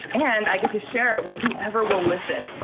and i get to share it with whoever will listen.